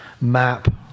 map